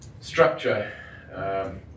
structure